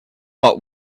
but